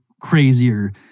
crazier